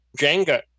Jenga